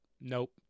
Nope